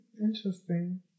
Interesting